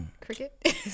Cricket